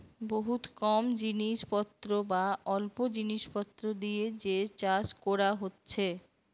বহুত কম জিনিস পত্র বা অল্প জিনিস পত্র দিয়ে যে চাষ কোরা হচ্ছে